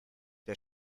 der